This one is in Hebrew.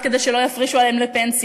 רק כדי שלא יפרישו עליהם לפנסיה.